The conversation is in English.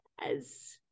yes